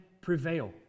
prevail